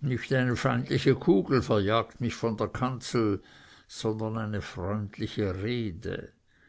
nicht eine feindliche kugel verjagt mich von der kanzel sondern eine freundliche rede